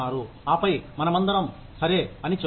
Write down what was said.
ఆపై మనమందరం సరే అని చెబుతాము